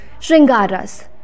Shringaras